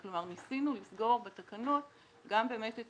ניסינו לסגור בתקנות גם באמת את העניין הזה,